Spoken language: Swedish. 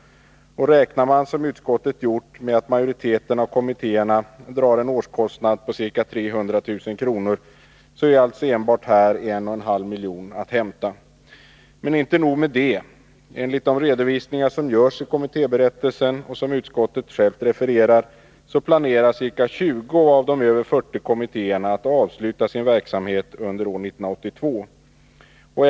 Räknar man, som utskottet gjort, med att majoriteten av kommittéerna drar en årskostnad på ca 300 000 kr., är alltså enbart här 1,5 milj.kr. att hämta. Men inte nog med det. Enligt de redovisningar som görs i kommittéberättelsen och som utskottet självt refererar till planerar ca 20 av de över 40 kommittéerna att avsluta sin verksamhet under år 1982.